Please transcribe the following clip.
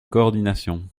coordination